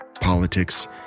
politics